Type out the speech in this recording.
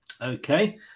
Okay